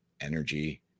energy